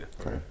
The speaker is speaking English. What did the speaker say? Okay